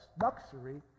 luxury